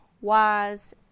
wise